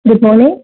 good morning